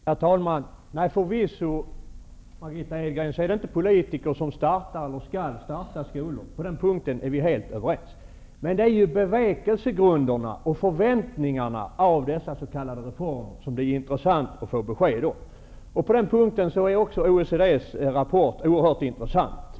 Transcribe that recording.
Herr talman! Det är förvisso inte, Margitta Edgren, politiker som startar eller skall starta skolor. På den punkten är vi helt överens. Men det är bevekelsegrunderna för och förväntningarna på dessa reformer som det är intressant att få besked om. I det avseendet är OECD:s rapport oerhört intressant.